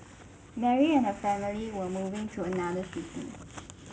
Mary and her family were moving to another city